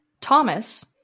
Thomas